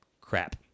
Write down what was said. crap